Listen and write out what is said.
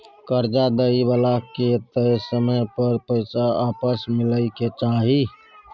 कर्जा दइ बला के तय समय पर पैसा आपस मिलइ के चाही